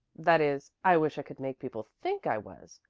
that is, i wish i could make people think i was,